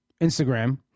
Instagram